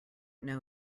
know